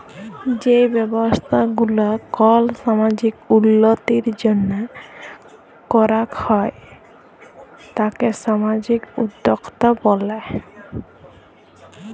যেই ব্যবসা গুলা কল সামাজিক উল্যতির জন্হে করাক হ্যয় তাকে সামাজিক উদ্যক্তা ব্যলে